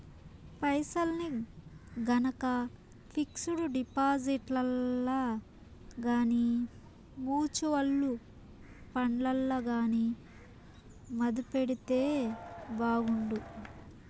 పైసల్ని గనక పిక్సుడు డిపాజిట్లల్ల గానీ, మూచువల్లు ఫండ్లల్ల గానీ మదుపెడితే బాగుండు